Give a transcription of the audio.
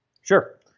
Sure